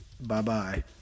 Bye-bye